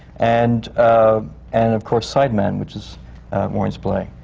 and um and of course, side man, which is warren's play.